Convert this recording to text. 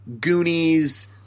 Goonies